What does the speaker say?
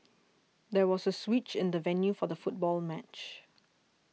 there was a switch in the venue for the football match